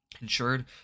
Insured